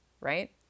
Right